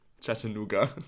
Chattanooga